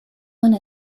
one